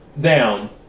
down